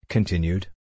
Continued